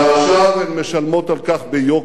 ועכשיו הן משלמות על כך ביוקר.